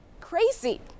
crazy